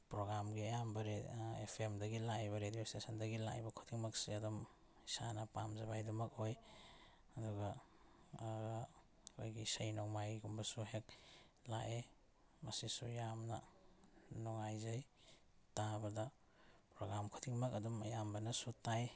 ꯄ꯭ꯔꯣꯒ꯭ꯔꯥꯝꯒꯤ ꯑꯌꯥꯝꯕ ꯑꯦꯐ ꯑꯦꯝꯗꯒꯤ ꯂꯥꯛꯏꯕ ꯔꯦꯗꯤꯑꯣ ꯏꯁꯇꯦꯁꯟꯗꯒꯤ ꯂꯥꯛꯏꯕ ꯈꯨꯗꯤꯡꯃꯛꯁꯦ ꯑꯗꯨꯝ ꯏꯁꯥꯅ ꯄꯥꯝꯖꯕ ꯍꯥꯏꯗꯨꯃꯛ ꯑꯣꯏ ꯑꯗꯨꯒ ꯑꯩꯈꯣꯏꯒꯤ ꯏꯁꯩ ꯅꯣꯡꯃꯥꯏꯒꯨꯝꯕꯁꯨ ꯍꯦꯛ ꯂꯥꯛꯑꯦ ꯃꯁꯤꯁꯨ ꯌꯥꯝꯅ ꯅꯨꯡꯉꯥꯏꯖꯩ ꯇꯥꯕꯗ ꯄ꯭ꯔꯣꯒ꯭ꯔꯥꯝ ꯈꯨꯗꯤꯡꯃꯛ ꯑꯗꯨꯝ ꯑꯌꯥꯝꯕꯅꯁꯨ ꯇꯥꯏ